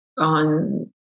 On